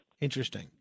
Interesting